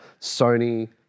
Sony